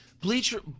bleacher